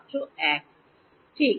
ছাত্র ০১ জন